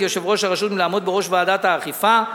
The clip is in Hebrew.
יושב-ראש הרשות מלעמוד בראש ועדת האכיפה.